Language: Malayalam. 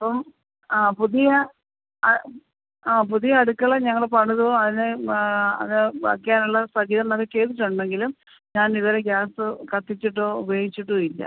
ഓ ആ പുതിയ അ ആ പുതിയ അടുക്കള ഞങ്ങൾ പണിതു അതിന് അത് വെയ്ക്കാനുള്ള സജ്ജികരണമൊക്കെ ചെയ്തിട്ടുണ്ടെങ്കിലും ഞാൻ ഇതുവരേം ഗ്യാസ് കത്തിച്ചിട്ടോ ഉപയോഗിച്ചിട്ടുവില്ല